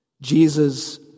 Jesus